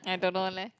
I don't know leh